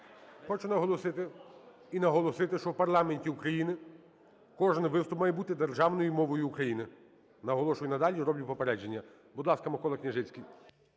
Хочу наголосити і наголосити, що в парламенті України кожен виступ має бути державною мовою України. Наголошую надалі і роблю попередження. Будь ласка, Микола Княжицький.